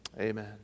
Amen